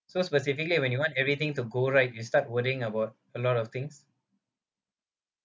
so specifically when you want everything to go right you start worrying about a lot of things